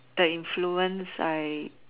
the influence I